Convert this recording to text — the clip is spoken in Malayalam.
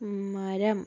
മരം